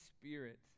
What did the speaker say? spirit